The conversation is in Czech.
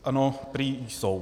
Ano, prý jsou.